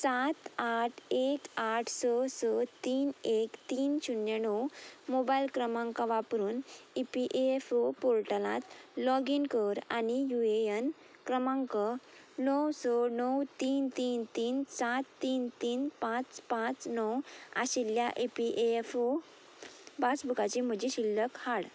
सात आठ एक आठ स स तीन एक तीन शुन्य णव मोबायल क्रमांक वापरून ई पी एफ ओ पोर्टलांत लॉगीन कर आनी यू एन क्रमांक णव स णव तीन तीन तीन सात तीन तीन पांच पांच णव आशिल्ल्या ई पी एफ ओ पासबुकाची म्हजी शिल्लक हाड